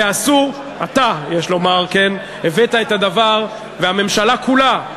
ואתה, יש לומר, הבאת את הדבר והממשלה כולה.